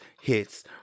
hits